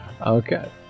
Okay